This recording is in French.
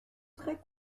très